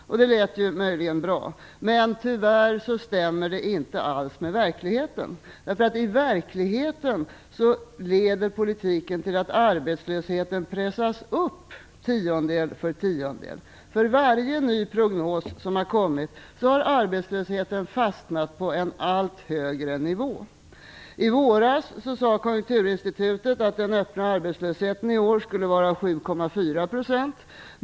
Det lät möjligen bra. Men tyvärr stämmer det inte alls med verkligheten. I verkligheten leder politiken till att arbetslösheten pressas upp tiondel för tiondel. För varje ny prognos som har kommit har arbetslösheten fastnat på en allt högre nivå. I våras sade Konjunkturinstitutet att den öppna arbetslösheten i år skulle var 7,4 %.